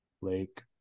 Lake